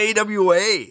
AWA